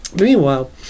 Meanwhile